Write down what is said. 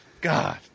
God